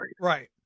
Right